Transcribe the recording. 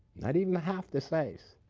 not even half the size,